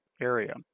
area